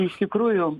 iš tikrųjų